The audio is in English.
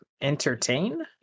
Entertain